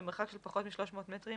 במרחק של פחות מ-300 מטרים